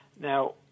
Now